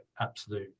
absolute